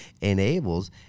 enables